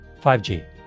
5G